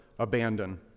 abandon